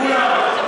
כולם?